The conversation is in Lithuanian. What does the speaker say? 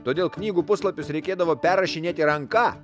todėl knygų puslapius reikėdavo perrašinėti ranka